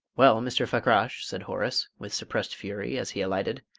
well, mr. fakrash, said horace, with suppressed fury, as he alighted,